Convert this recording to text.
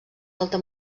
alta